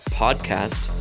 podcast